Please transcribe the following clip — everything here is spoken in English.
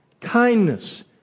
kindness